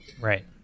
Right